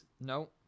no